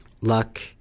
luck